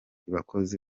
bakozi